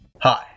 Hi